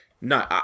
no